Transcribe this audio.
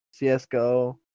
CSGO